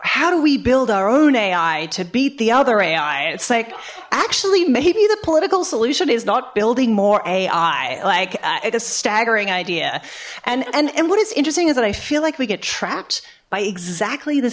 how do we build our own ai to beat the other ai it's like actually maybe the political solution is not building more ai like at a staggering idea and and and what is interesting is that i feel like we get trapped by exactly the